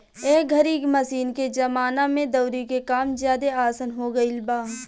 एह घरी मशीन के जमाना में दउरी के काम ज्यादे आसन हो गईल बा